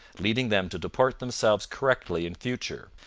leading them to deport themselves correctly in future,